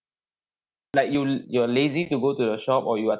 like you you're lazy to go to the shop or you are